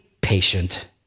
patient